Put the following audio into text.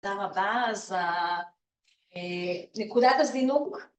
תודה רבה אז ה.. נקודת הזינוק